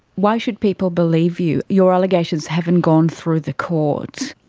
why should people believe you? your allegations haven't gone through the court.